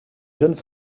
jeunes